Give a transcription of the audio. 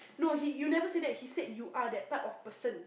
no he you never said that he said you are that type of person